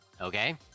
okay